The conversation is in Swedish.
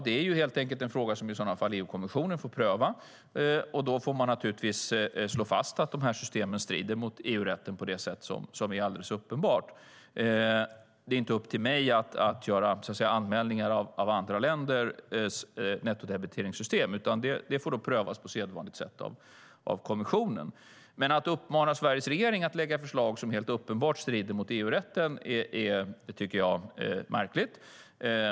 Det är en fråga som EU-kommissionen får pröva, och man får slå fast att dessa system uppenbart strider mot EU-rätten. Det är inte upp till mig att anmäla andra länders nettodebiteringssystem, utan det får prövas på sedvanligt sätt av kommissionen. Men att uppmana Sveriges regering att lägga fram förslag som uppenbart strider mot EU-rätten är märkligt.